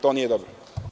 To nije dobro.